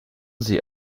sie